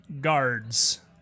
guards